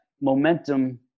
momentum